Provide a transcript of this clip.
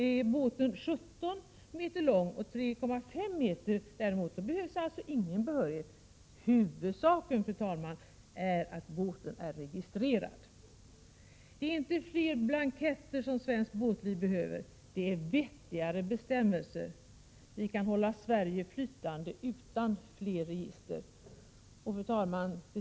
Om båten är 17 meter lång och 3 1/2 meter bred behövs däremot ingen behörighet. Huvudsaken, fru talman, är att båten är registrerad. Svenskt båtliv behöver inte fler blanketter, utan vettigare bestämmelser. Vi kan hålla Sverige flytande utan fler register. Fru talman!